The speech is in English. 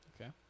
Okay